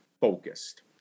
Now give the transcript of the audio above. focused